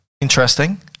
Interesting